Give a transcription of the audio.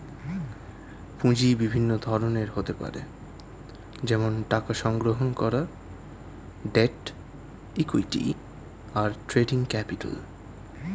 পুঁজি বিভিন্ন ধরনের হতে পারে যেমন টাকা সংগ্রহণ করা, ডেট, ইক্যুইটি, আর ট্রেডিং ক্যাপিটাল